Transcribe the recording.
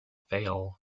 fail